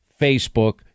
Facebook